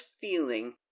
feeling